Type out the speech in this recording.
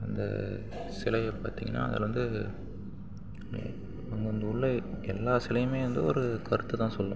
இந்த சிலையை பார்த்திங்கனா அதில் வந்து அங்கே வந்து உள்ள எல்லா சிலையுமே வந்து ஒரு கருத்து தான் சொல்லும்